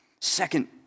Second